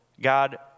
God